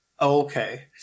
okay